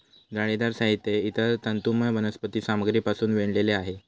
जाळीदार साहित्य हे इतर तंतुमय वनस्पती सामग्रीपासून विणलेले आहे